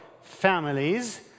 families